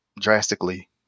drastically